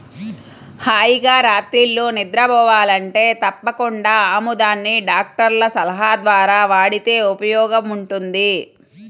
హాయిగా రాత్రిళ్ళు నిద్రబోవాలంటే తప్పకుండా ఆముదాన్ని డాక్టర్ల సలహా ద్వారా వాడితే ఉపయోగముంటది